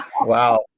Wow